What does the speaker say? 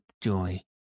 joy